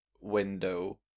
window